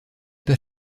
pas